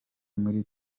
muri